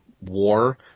War